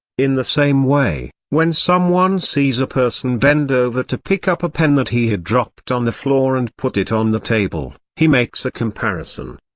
in the same way, when someone sees a person bend over to pick up a pen that he had dropped on the floor and put it on the table, he makes a comparison.